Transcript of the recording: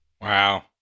Wow